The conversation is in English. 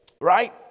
right